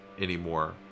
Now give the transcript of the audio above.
anymore